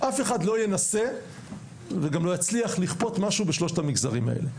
אף אחד לא ינסה וגם לא יצליח לכפות משהו בשלושת המגזרים האלה.